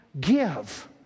give